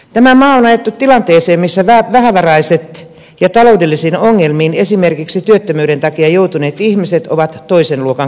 tämä maa on ajettu tilanteeseen missä vähävaraiset ja taloudellisiin ongelmiin esimerkiksi työttömyyden takia joutuneet ihmiset ovat toisen luokan kansalaisia